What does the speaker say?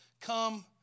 come